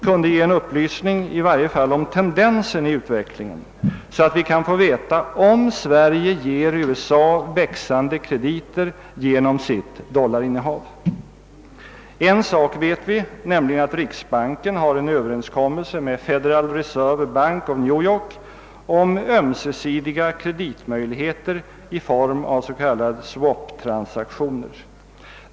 kunde ge en upplysning om i varje fall tendensen i utvecklingen, så att vi kan få veta huruvida Sverige ger USA växande krediter genom sitt dollarinnehav. En sak vet vi, nämligen att riksbanken har en överenskommelse med Federal Reserve Bank of New York om ömsesidiga kreditmöjligheter i form av s.k. swaptransaktioner.